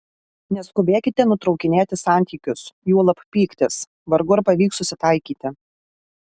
neskubėkite nutraukinėti santykius juolab pyktis vargu ar pavyks susitaikyti